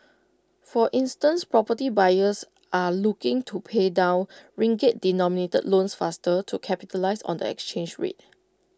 for instance property buyers are looking to pay down ringgit denominated loans faster to capitalise on the exchange rate